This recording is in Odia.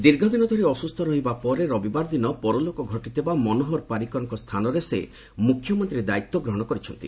ଦୀର୍ଘଦିନ ଧରି ଅସୁସ୍ଥ ରହିବା ପରେ ରବିବାର ଦିନ ପରଲୋକ ଘଟିଥିବା ମନୋହର ପାରିକରଙ୍କ ସ୍ଥାନରେ ସେ ମୁଖ୍ୟମନ୍ତ୍ରୀ ଦାୟିତ୍ୱ ଗ୍ରହଣ କରିଛନ୍ତି